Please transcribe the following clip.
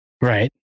Right